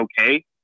okay